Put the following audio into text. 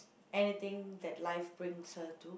anything that life brings her to